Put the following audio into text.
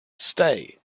stay